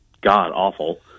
god-awful